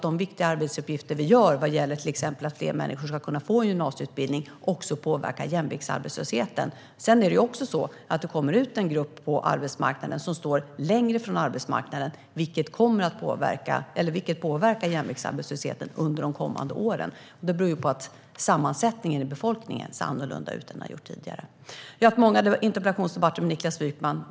De viktiga arbetsuppgifter som vi gör vad gäller till exempel att fler människor ska kunna få en gymnasieutbildning påverkar självklart också jämviktsarbetslösheten. Sedan är det också så att en grupp människor som ska ut på arbetsmarknaden står längre från den, vilket påverkar jämviktsarbetslösheten under de kommande åren. Det beror på att sammansättningen i befolkningen ser annorlunda ut än den har gjort tidigare. Jag har haft många interpellationsdebatter med Niklas Wykman.